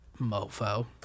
mofo